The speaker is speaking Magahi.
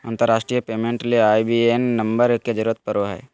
अंतरराष्ट्रीय पेमेंट ले आई.बी.ए.एन नम्बर के जरूरत पड़ो हय